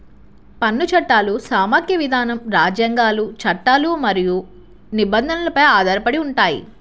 పన్ను చట్టాలు సమాఖ్య విధానం, రాజ్యాంగాలు, చట్టాలు మరియు నిబంధనలపై ఆధారపడి ఉంటాయి